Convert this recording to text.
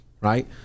right